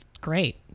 great